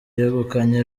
yegukanye